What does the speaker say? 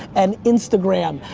and instagram.